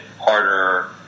harder